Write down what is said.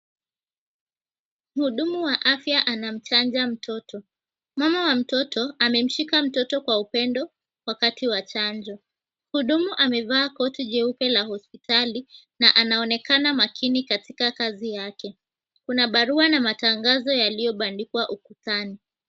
Mhudumu wa afya anamchanja mtoto. Mama wa mtoto amemshika mtoto kwa upendo wakati wa chanjo. Mhudumu amevaa koti jeupe la hospitali na anaonekana makini katika kazi yake. Kuna barua na matangazo yaliyobandikwa ukutani.